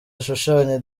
ashushanya